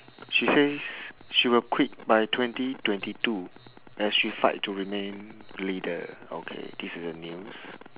she says she will quit by twenty twenty two as she fight to remain leader okay this is the news